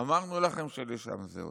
אמרנו לכם שלשם זה הולך.